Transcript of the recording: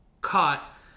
caught